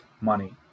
money